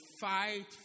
fight